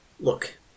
Look